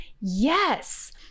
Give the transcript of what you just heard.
Yes